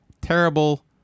terrible